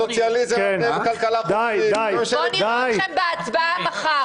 ------ סוציאליזם --- בואו נבחן אתכם בהצבעה מחר,